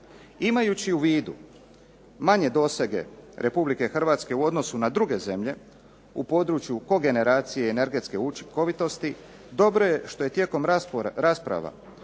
Imajući u vidu manje dosege Republike Hrvatske u odnosu na druge zemlje u području kogeneracije i energetske učinkovitosti dobro je što je tijekom rasprava